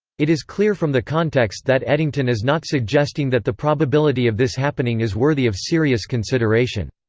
it is clear from the context that eddington is not suggesting that the probability of this happening is worthy of serious consideration.